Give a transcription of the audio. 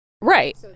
Right